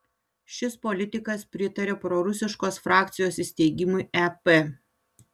šis politikas pritaria prorusiškos frakcijos įsteigimui ep